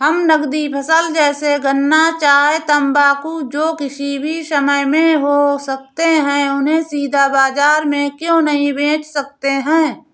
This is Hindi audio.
हम नगदी फसल जैसे गन्ना चाय तंबाकू जो किसी भी समय में हो सकते हैं उन्हें सीधा बाजार में क्यो नहीं बेच सकते हैं?